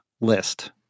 list